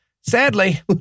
sadly